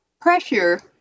pressure